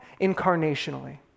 incarnationally